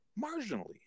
marginally